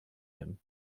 him